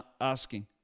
asking